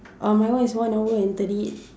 um my one is one hour and thirty